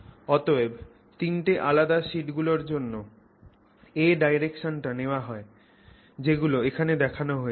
অতএব তিনটে আলাদা শিট গুলোর জন্য a ডাইরেকশন টা নেওয়া হয়েছে যেগুলো এখানে দেখানো হয়েছে